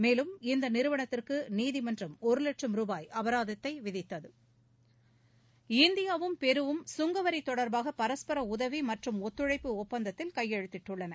மேலும் இந்த நிறுவனத்துக்கு நீதிமன்றம் ஒரு லட்சம் ரூபாய் அபராதத்தை விதித்தது இந்தியாவும் பெருவும் கங்கவரி தொடர்பாக பரஸ்பர உதவி மற்றும் ஒத்துழைப்பு ஒப்பந்தத்தில் கையெழுத்திட்டுள்ளன